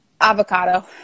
Avocado